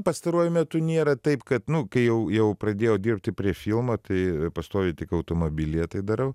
pastaruoju metu nėra taip kad nu kai jau jau pradėjau dirbti prie filmo tai pastoviai tik automobilyje tai darau